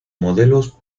modelos